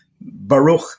Baruch